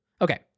Okay